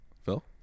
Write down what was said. Phil